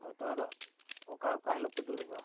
ᱦᱳᱭ ᱛᱚ ᱟᱫᱚ ᱚᱠᱟ ᱚᱠᱟ ᱦᱤᱞᱳᱜ ᱯᱮ ᱫᱩᱲᱩᱵᱼᱟ